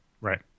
Right